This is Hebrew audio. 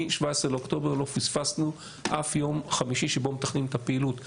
מ-17 באוקטובר לא פספסנו אף יום חמישי שבו מתכננים את הפעילות הכוללת,